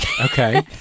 Okay